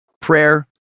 prayer